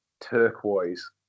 Turquoise